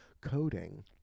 coding